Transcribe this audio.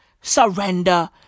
surrender